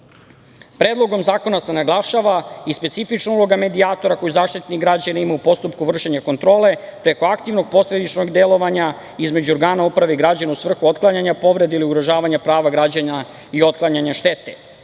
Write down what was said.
sloboda. Predlogom zakona se naglašava i specifična uloga medijatora koju Zaštitnik građana ima u postupku vršenja kontrole preko aktivnog posledičnog delovanja između organa uprave i građana u svrhu otklanjanja povrede ili ugrožavanja prava građana i otklanjanja štete.U